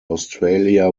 australia